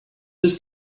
this